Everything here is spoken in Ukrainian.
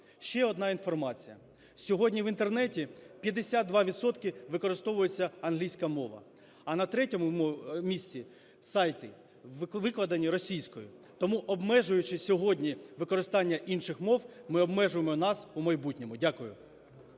Ще одна інформація. Сьогодні в Інтернеті 52 відсотки використовується англійська мова, а на третьому місці – сайти, викладені російською. Тому, обмежуючи сьогодні використання інших мов, ми обмежуємо нас у майбутньому. Дякую.